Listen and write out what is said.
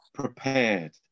prepared